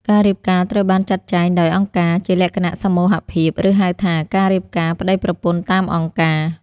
ការរៀបការត្រូវបានចាត់ចែងដោយអង្គការ ជាលក្ខណៈសមូហភាព ឬហៅថា "ការរៀបការប្តីប្រពន្ធតាមអង្គការ"។